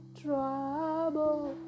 trouble